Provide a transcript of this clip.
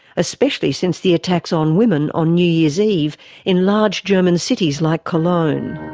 especially since the attacks on women on new year's eve in large german cities like cologne.